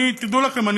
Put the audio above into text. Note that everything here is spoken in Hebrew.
ותדעו לכם,